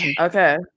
okay